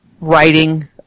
writing